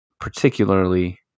particularly